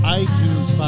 iTunes